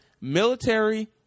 military